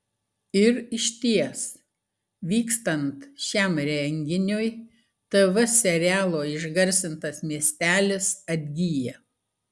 ir išties vykstant šiam renginiui tv serialo išgarsintas miestelis atgyja